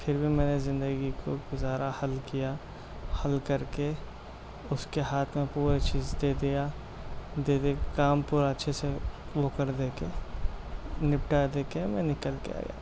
پھر بھی میں نے زندگی کو گزارا حل کیا حل کر کے اس کے ہاتھ میں پورے چیز دے دیا دے دے کام پورا اچھے سے وہ کر دے کے نپٹا دے کے میں نکل کے آیا